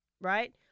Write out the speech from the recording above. Right